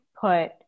put